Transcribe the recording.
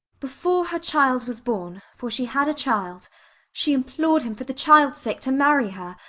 before her child was born for she had a child she implored him for the child's sake to marry her,